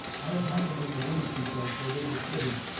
i have happened in the room, she says, where they were sitting,